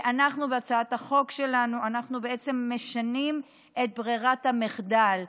אנחנו בהצעת החוק שלנו בעצם משנים את ברירת המחדל.